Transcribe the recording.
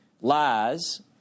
lies